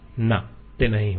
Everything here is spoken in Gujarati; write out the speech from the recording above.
ના તે નહીં હોય